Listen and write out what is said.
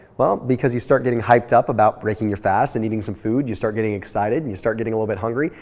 well because you start getting hyped up about breaking your fast and eating some food. you start getting excited and you start getting a little bit hungry.